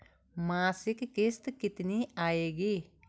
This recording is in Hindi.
मासिक किश्त कितनी आएगी?